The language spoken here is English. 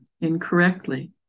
incorrectly